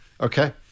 okay